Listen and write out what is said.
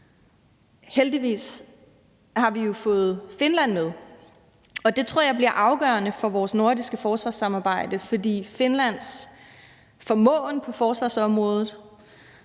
Heldigvis har vi jo fået Finland med, og det tror jeg bliver afgørende for vores nordiske forsvarssamarbejde, for Finlands formåen på forsvarsområdet